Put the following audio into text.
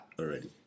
already